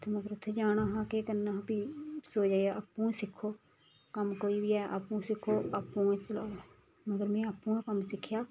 ते मगर उत्थें जाना हा केह् करना हा फ्ही इस बजह् कन्नै आपूं सिक्खो कम्म कोई बी ऐ आपूं सिक्खो आपूं गै चलाओ मगलब में आपूं गै कम्म सिक्खेआ